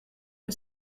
que